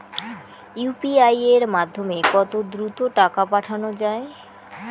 UPI এর মাধ্যমে কত দ্রুত টাকা পাঠানো যায়?